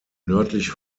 nördlich